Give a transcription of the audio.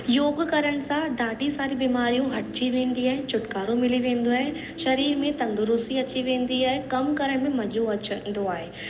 योग करण सां ॾाढी सारी बीमारियूं हटी वेंदी आहिनि छुटकारो मिली वेंदो आहे शरीर में तंदुरुस्ती अची वेंदी आहे कम करण में मजो अचंदो आहे